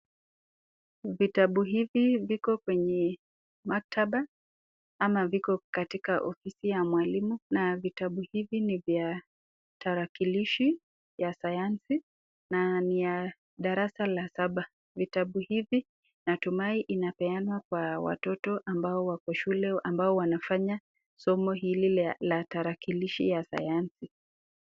Vitabu hivi viko kwenye maktaba ama viko katika ofisi ya mwalimu, na vitabu hivi ni vya tarakilishi ya sayansi na ni ya darasa la saba. Vitabu hivi natumai inapeanwa kwa watoto ambao wako shule ambao wanafanya somo hili la tarakilishi ya sayansi.